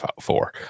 four